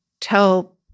tell